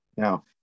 Now